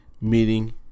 meeting